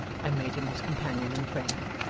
and made him his companion and friend.